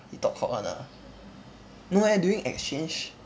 he talk cock [one] ah no eh during exchange